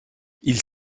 ils